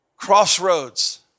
crossroads